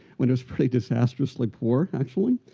when it was pretty disastrously poor, actually.